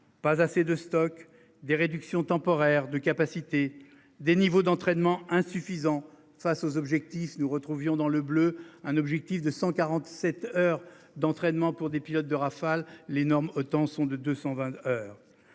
pas assez de stocks des réductions temporaires de capacité des niveaux d'entraînement insuffisants face aux objectifs nous retrouvions dans le bleu, un objectif de 147 heures d'entraînement pour des pilotes de Rafale. Les normes autant sont de 220 heures.